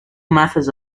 methods